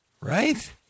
Right